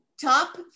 Top